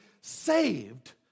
saved